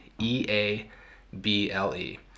e-a-b-l-e